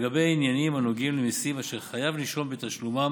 לגבי עניינים הנוגעים למיסים אשר חייב נישום בתשלומם